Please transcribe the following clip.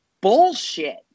bullshit